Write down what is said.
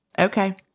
Okay